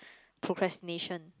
procrastination